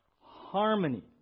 harmony